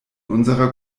unserer